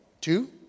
Two